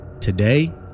Today